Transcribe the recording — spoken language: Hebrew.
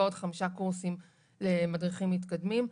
ועוד חמישה קורסים למדריכים מתקדמים.